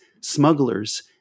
smugglers